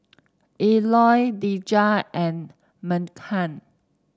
Elroy Dejah and Meghan